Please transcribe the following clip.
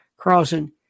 Carlson